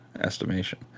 estimation